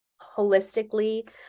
holistically